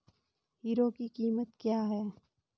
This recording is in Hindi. हीरो की कीमत क्या है?